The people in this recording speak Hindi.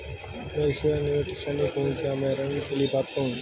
मैं एक सेवानिवृत्त सैनिक हूँ क्या मैं ऋण लेने के लिए पात्र हूँ?